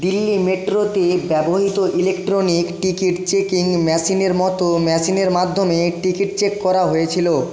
দিল্লি মেট্রোতে ব্যবহৃত electronic ticket checking মেশিনের মতো মেশিনের মাধ্যমে টিকিট চেক করা হয়েছিল